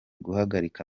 guhagarika